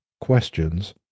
questions